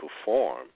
perform